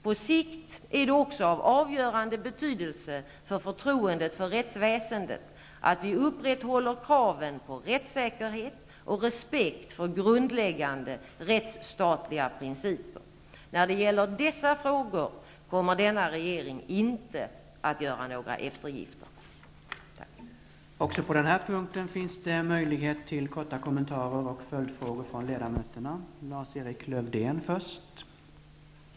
På sikt är det också av avgörande betydelse för förtroendet för rättsväsendet att vi upprätthåller kraven på rättssäkerhet och respekt för grundläggande rättsstatliga principer. När det gäller dessa frågor kommer denna regering inte att göra några eftergifter.